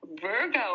Virgo